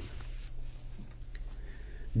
Karnataka